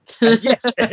yes